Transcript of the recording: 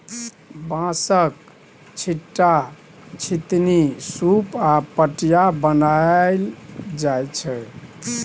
बाँसक, छीट्टा, छितनी, सुप आ पटिया बनाएल जाइ छै